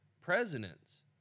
presidents